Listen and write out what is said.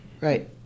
right